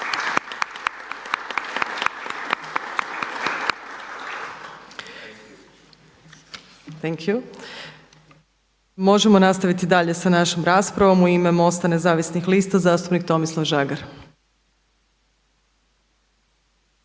Možemo nastaviti dalje sa našom raspravom. U ime MOST-a nezavisnih lista zastupnik Tomislav Žagar.